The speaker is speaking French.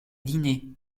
dîner